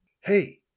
Hey